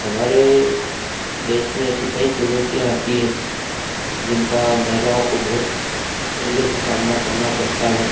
हमारे देश में ऐसी कई चुनौतियाँ आती हैं जिनका महिलाओं को बहुत तरीके से सामना करना पड़ता है